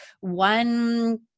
one